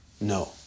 No